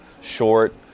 short